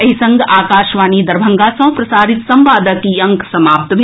एहि संग आकाशवाणी दरभंगा सँ प्रसारित संवादक ई अंक समाप्त भेल